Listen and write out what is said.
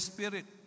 Spirit